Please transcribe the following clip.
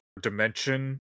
dimension